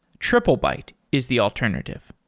triplebyte is the alternative.